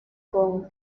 con